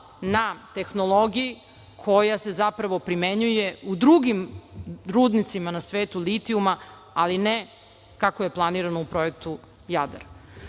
na tehnologiji koja se zapravo primenjuje u drugim rudnicima na svetu, litijuma, ali ne kako je planirano u Projektu „Jadar“.U